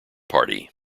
party